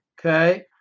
Okay